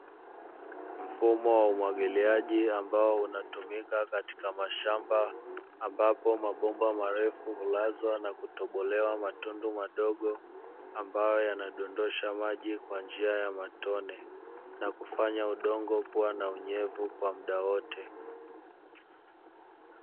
Mfumo wa umwagiliaji ambao unatumika katika mashamba, ambapo mabomba marefu hulazwa na kutobolewa matundu madogo ambayo yanadondosha maji kwa njia ya matone, na kufanya udongo kuwa na unyevu kwa muda wote.